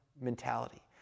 mentality